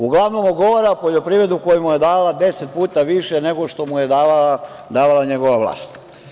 Uglavnom, ogovara poljoprivredu koja mu je dala deset puta više nego što mu je davala njegova vlast.